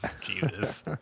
Jesus